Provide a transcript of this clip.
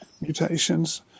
mutations